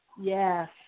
yes